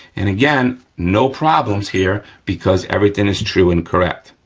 and again, no problems here, because everything is true and correct.